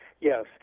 yes